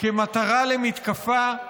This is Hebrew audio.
כמטרה למתקפה,